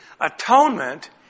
atonement